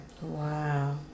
Wow